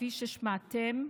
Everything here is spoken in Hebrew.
כפי ששמעתם,